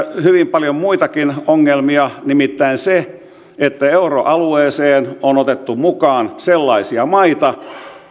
hyvin paljon muitakin ongelmia nimittäin se että euroalueeseen on otettu mukaan sellaisia maita